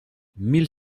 mille